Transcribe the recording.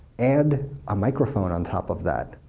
add a microphone on top of that,